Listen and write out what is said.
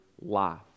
life